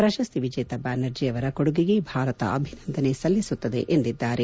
ಪ್ರಶಸ್ತಿ ವಿಜೇತ ಬ್ದಾನರ್ಜಿ ಅವರ ಕೊಡುಗೆಗೆ ಭಾರತ ಅಭಿನಂದನೆ ಸಲ್ಲಿಸುತ್ತದೆ ಎಂದಿದ್ದಾರೆ